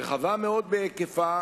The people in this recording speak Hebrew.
רחבה מאוד בהיקפה,